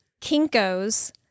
Kinko's